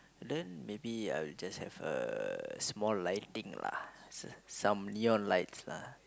then maybe I will just have a small lighting lah s~ some neon lights lah